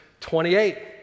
28